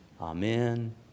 Amen